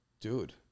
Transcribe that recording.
dude